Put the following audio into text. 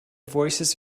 voices